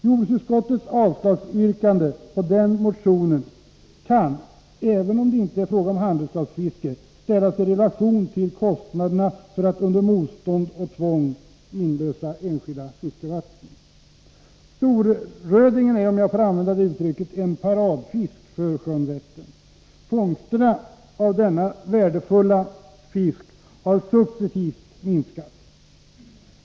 Jordbruksutskottets yrkande om avslag på den motionen kan, även om det inte är fråga om handredskapsfiske, ställas i relation till kostnaderna för att under motstånd och med tvång inlösa enskilda fiskevatten. Storrödingen är — om jag får använda det uttrycket — en paradfisk för sjön Vättern. Fångsterna av denna värdefulla fisk har successivt minskat.